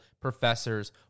professors